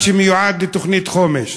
שמיועדים לתוכנית חומש.